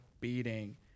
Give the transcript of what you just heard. beating